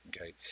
okay